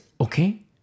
okay